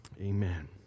amen